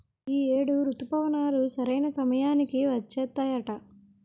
ఈ ఏడు రుతుపవనాలు సరైన సమయానికి వచ్చేత్తాయట